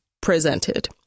presented